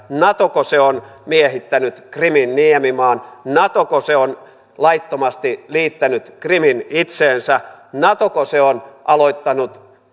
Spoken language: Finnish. natoko se on miehittänyt krimin niemimaan natoko se on laittomasti liittänyt krimin itseensä natoko se on aloittanut